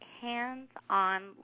hands-on